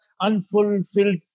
unfulfilled